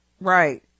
Right